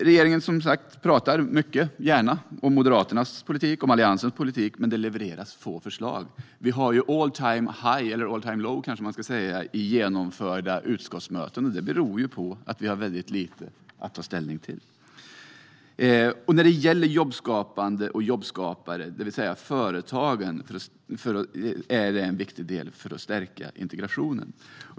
Regeringen pratar som sagt mycket och gärna om Moderaternas och Alliansens politik, men det levereras få förslag. Vi har all-time-high - eller all-time-low, kanske man ska säga - i genomförda utskottsmöten, och det beror på att vi har väldigt lite att ta ställning till. Jobbskapande och jobbskapare, det vill säga företagen, är en viktig del i stärkandet av integrationen.